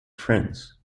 friends